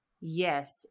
yes